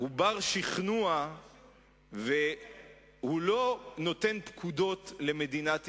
הוא בר-שכנוע והוא לא נותן פקודות למדינת ישראל.